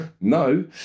No